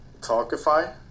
Talkify